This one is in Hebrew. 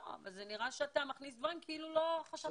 אבל נראה שאתה מכניס דברים כאילו לא חשבתי עליהם.